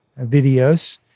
videos